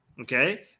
Okay